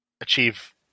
achieve